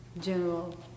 general